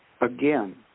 again